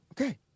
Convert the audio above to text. Okay